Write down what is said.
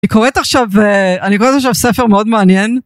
אני קוראת עכשיו ספר מאוד מעניין